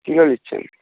kilo দিচ্ছেন